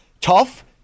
tough